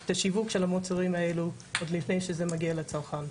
את השיווק של המוצרים האלו עוד לפני שזה מגיע לצרכן.